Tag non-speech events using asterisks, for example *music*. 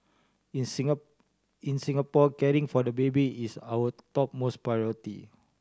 in *unintelligible* in Singapore caring for the baby is our topmost priority